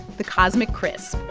the cosmic crisp